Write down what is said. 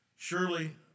Surely